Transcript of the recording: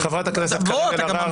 חברת הכנסת קארין אלהרר.